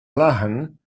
mclachlan